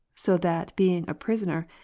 so that being a prisoner,